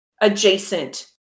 adjacent